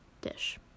Dish